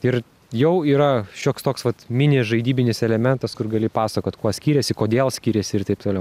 ir jau yra šioks toks vat mini žaidybinis elementas kur gali papasakot kuo skiriasi kodėl skiriasi ir taip toliau